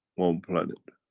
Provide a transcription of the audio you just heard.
one planet,